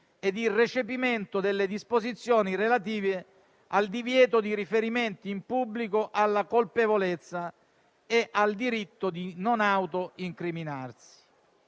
ed il recepimento delle disposizioni relative al divieto di riferimento in pubblico alla colpevolezza e al diritto di non autoincriminarsi.